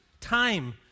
time